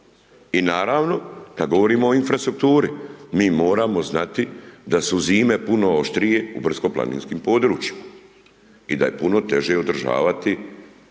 I naravno, kad govorimo o infrastrukturi, mi moramo znati da su zime puno oštrije u brdsko planinskim područjima i da je puno teže održavati